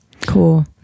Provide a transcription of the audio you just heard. cool